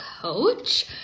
Coach